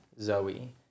Zoe